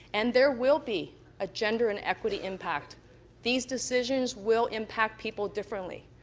and there will be a gender and equity impact these decisions will impact people differently.